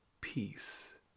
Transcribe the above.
peace